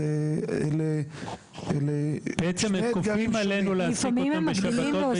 הם בעצם כופים עלינו להעסיק אותם בשבתות,